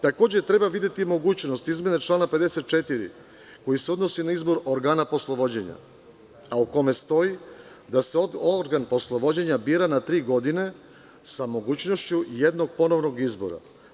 Takođe, treba videti mogućnost izmene člana 54. koji se odnosi na izbor organa poslovođenja, a u kome stoji da se organ poslovođenja bira na tri godine, sa mogućnošću jednog ponovnog izbora.